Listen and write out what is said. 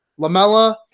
Lamella